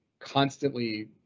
constantly